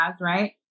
right